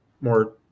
more